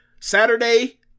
Saturday